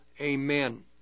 Amen